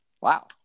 Wow